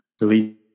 Release